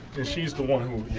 and she's the one who,